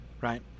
right